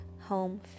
home